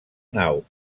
nau